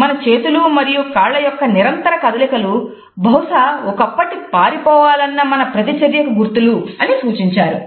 మన చేతులు మరియు కాళ్ల యొక్క నిరంతర కదలికలు బహుశా ఒకప్పటి పారిపోవాలన్న మన ప్రతి చర్యకు గుర్తులు అని సూచించారు